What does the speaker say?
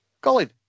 Colin